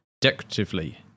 decoratively